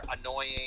annoying